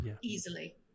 easily